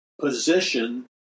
position